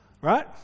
right